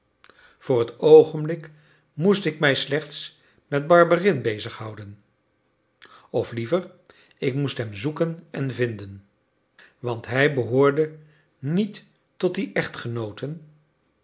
voor het oogenblik moest ik mij slechts met barberin bezighouden of liever ik moest hem zoeken en vinden want hij behoorde niet tot die echtgenooten